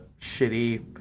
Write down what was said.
shitty